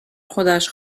خودش